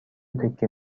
تکه